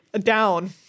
Down